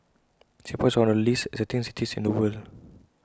Singapore is one of the least exciting cities in the world